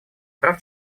прав